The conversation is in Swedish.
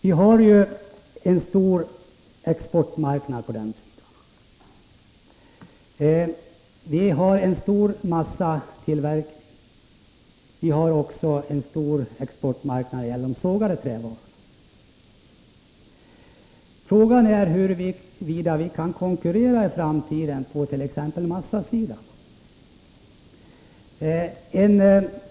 Vi har ju en stor exportmarknad på den sidan. Vi har en stor massatillverkning, och vi har också en stor exportmarknad för de sågade trävarorna. Frågan är huruvida vi kan konkurrera i framtiden på t.ex. massasidan.